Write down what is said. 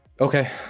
Okay